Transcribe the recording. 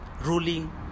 ruling